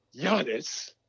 Giannis